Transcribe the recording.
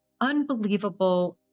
unbelievable